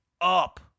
up